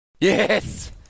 Yes